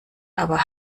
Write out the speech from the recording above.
aber